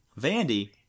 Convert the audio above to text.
Vandy